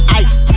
ice